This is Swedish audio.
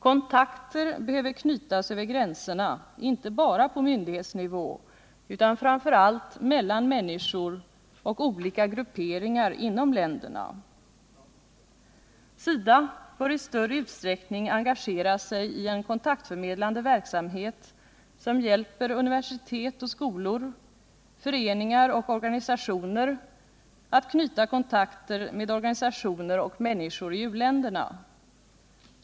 Kontakter behöver knytas över gränserna, inte bara på myndighetsnivå utan framför allt mellan människor och olika grupperingar inom länderna. SIDA bör i större utsträckning engagera sig i en kontaktförmedlande verksamhet som hjälper universitet och skolor, föreningar och organisationer att knyta kontakter med organisationer och människor i u-länderna.